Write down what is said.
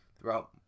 throughout